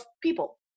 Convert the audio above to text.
people